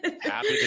Happy